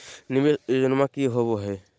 निवेस योजना की होवे है?